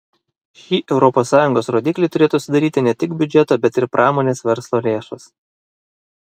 šį europos sąjungos rodiklį turėtų sudaryti ne tik biudžeto bet ir pramonės verslo lėšos